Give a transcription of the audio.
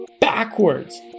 backwards